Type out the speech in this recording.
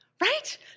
right